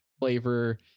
flavor